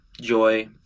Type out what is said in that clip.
joy